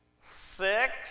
six